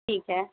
ठीक है